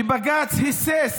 שבג"ץ היסס,